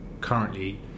currently